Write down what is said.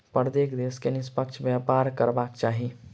प्रत्येक देश के निष्पक्ष व्यापार करबाक चाही